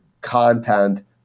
content